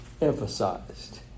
emphasized